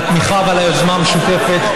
על התמיכה ועל היוזמה המשותפת.